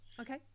Okay